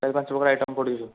ଚାରି ପାଞ୍ଚ ପ୍ରକାର୍ ଆଇଟମ୍ ପଡ଼ୁଛି